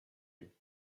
you